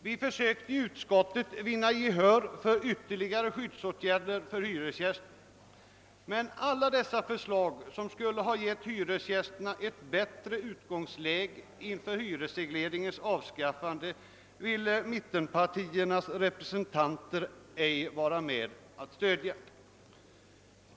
Vi försökte i utskottet att vinna gehör för ytterligare skyddsåtgärder för hyresgästerna, men alla dessa förslag — som skulle ha givit hyresgästerna ett bättre utgångsläge inför hyresregleringens avskaffande — vägrade mittenpartiernas representanter att stödja.